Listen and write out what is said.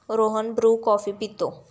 Rohan Bru coffee पितो